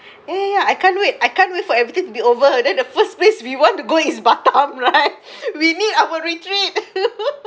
ya ya ya I can't wait I can't wait for everything to be over then the first place we want to go is batam right we need our retreat